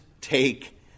take